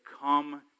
come